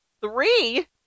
Three